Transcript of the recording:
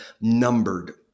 numbered